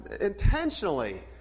intentionally